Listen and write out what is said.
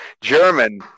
German